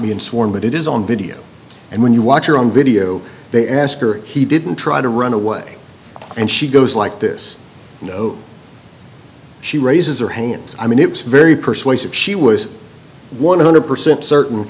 me in sworn but it is on video and when you watch your own video they ask her he didn't try to run away and she goes like this she raises her hands i mean it was very persuasive she was one hundred percent certain